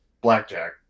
blackjack